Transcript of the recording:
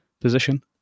position